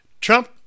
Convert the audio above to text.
Trump